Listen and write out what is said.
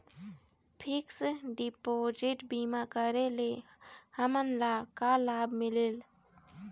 Fix deposit बीमा करे ले हमनला का लाभ मिलेल?